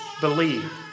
believe